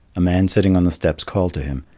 a man sitting on the steps called to him.